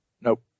Nope